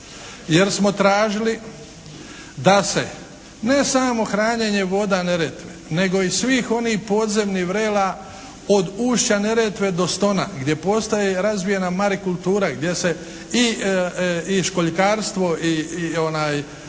jer smo tražili da se ne samo hranjenje voda Neretve nego i svih onih podzemnih vrela od ušća Neretve do Stona gdje postoje razvijena marikultura, gdje se i školjkarstvo i uzgoj